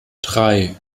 drei